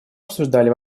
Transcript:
обсуждали